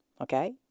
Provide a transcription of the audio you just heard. okay